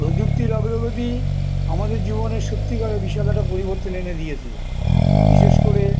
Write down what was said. প্রযুক্তির আগ্রগতি আমাদের জীবনের সত্যিকার বিশাল একটা পরিবর্তন এনে দিয়েছে বিশেষ করে